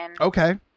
Okay